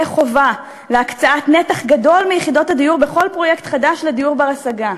חובה להקצות נתח גדול מיחידות הדיור בכל פרויקט חדש לדיור בר-השגה.